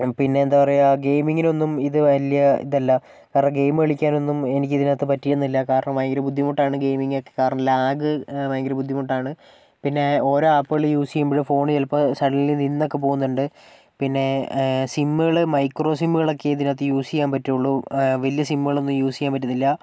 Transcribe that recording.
മ് പിന്നെ എന്താ പറയുക ഗെയിമിങ്ങിനൊന്നും ഇത് വലിയ ഇതല്ല കാരണം ഗെയിം കളിക്കാനൊന്നും എനിക്കിതിനകത്ത് പറ്റിയൊന്നുമില്ല കാരണം ഭയങ്കര ബുദ്ധിമുട്ടാണ് ഗെയിമിങ്ങൊക്കെ കാരണം ലാഗ് ഭയങ്കര ബുദ്ധിമുട്ടാണ് പിന്നെ ഓരോ ആപ്പുകള് യൂസ് ചെയ്യുമ്പോഴും ഫോണ് ചിലപ്പോൾ സഡൻലി നിന്നൊക്കെ പോവുന്നുണ്ട് പിന്നെ സിമുകള് മൈക്രോ സിമുകളൊക്കെയെ ഇതിനകത്തു യൂസ് ചെയ്യാൻ പറ്റുകയുള്ളു വലിയ സിമുകളൊന്നും യൂസ് ചെയ്യാൻ പറ്റുന്നില്ല